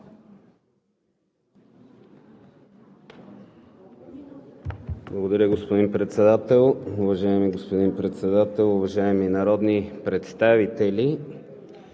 Благодаря, господин Председател. Уважаеми господин Председател, уважаеми народни представители!